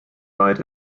wahrheit